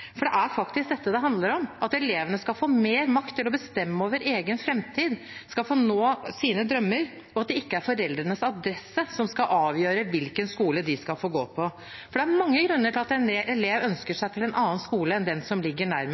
Det er faktisk dette det handler om, at elevene skal få mer makt til å bestemme over egen framtid, skal få oppfylt sine drømmer, og at det ikke er foreldrenes adresse som skal avgjøre hvilken skole de skal få gå på, for det er mange grunner til at en elev ønsker seg til en annen skole enn den som ligger nærmest.